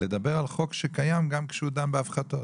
לדבר על חוק שקיים גם כשהוא דן בהפחתות.